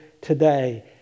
today